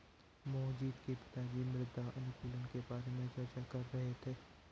मोहजीत के पिताजी मृदा अनुकूलक के बारे में चर्चा कर रहे थे